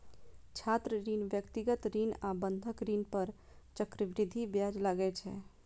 छात्र ऋण, व्यक्तिगत ऋण आ बंधक ऋण पर चक्रवृद्धि ब्याज लागै छै